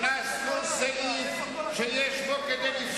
אתה עשית בדיוק את אותו הדבר.